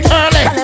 early